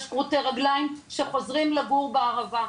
יש כרותי רגליים שחוזרים לגור בערבה.